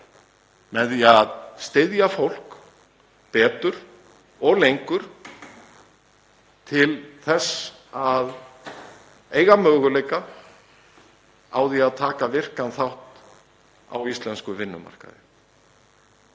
með því að styðja fólk betur og lengur til þess að eiga möguleika á því að taka virkan þátt á íslenskum vinnumarkaði.